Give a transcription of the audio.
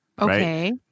Okay